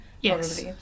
Yes